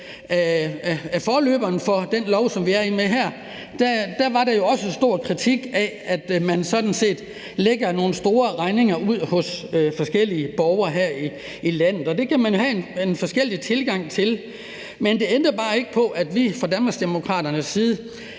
af forløberen for det lovforslag, som vi behandler her, var der jo også stor kritik af, at man sådan set lagde nogle store regninger ud til forskellige borgere her i landet. Det kan man have en forskellig tilgang til, men det ændrer bare ikke på, at vi fra Danmarksdemokraternes side